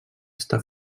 està